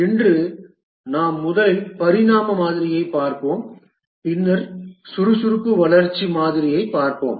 இன்று நாம் முதலில் பரிணாம மாதிரியைப் பார்ப்போம் பின்னர் சுறுசுறுப்பான வளர்ச்சி மாதிரியைப் பார்ப்போம்